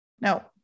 no